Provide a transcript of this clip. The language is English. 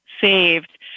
saved